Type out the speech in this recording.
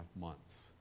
months